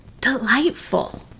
delightful